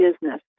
business